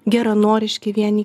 geranoriški vieni